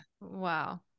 Wow